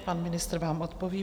Pan ministr vám odpoví.